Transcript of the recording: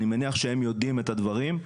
אני מניח שהם יודעים את הדברים.